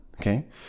okay